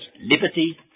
liberty